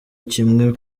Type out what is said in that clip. kimwe